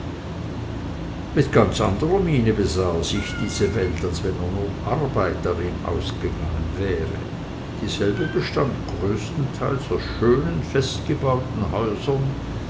mit ganz anderer miene besah er sich die stadt als wenn er um arbeit darin ausgegangen wäre dieselbe bestand größtenteils aus schönen festgebauten häusern